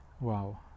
Wow